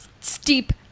steep